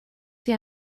dwi